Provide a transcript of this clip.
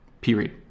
Period